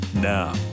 Now